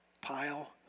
pile